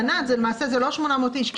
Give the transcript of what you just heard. זה לא 800 איש,